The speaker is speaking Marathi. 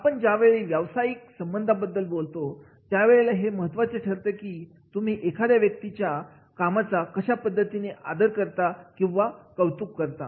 आपण ज्यावेळी व्यावसायिक संबंधांबद्दल बोलतो त्या वेळेला हे महत्वाचं ठरतं की तुम्ही एखाद्या व्यक्तीच्या कामाचा कशा पद्धतीने आदर करता किंवा कौतुक करतात